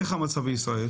איך המצב בישראל?